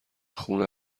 خونه